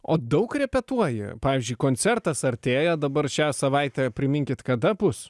o daug repetuoji pavyzdžiui koncertas artėjo dabar šią savaitę priminkit kada bus